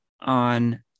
on